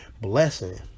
blessing